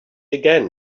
again